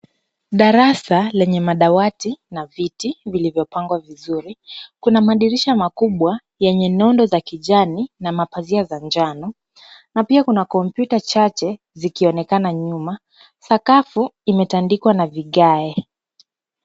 Darasa lenye madawati na viti vilivyopangwa vizuri, kuna madirisha makubwa yenye nondo za kijani na mapazia za njano, na pia kuna kompyuta chache zikionekana nyuma, sakafu imetandikwa na vigae.